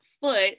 foot